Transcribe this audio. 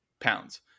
pounds